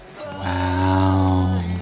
Wow